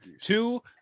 two